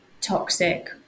toxic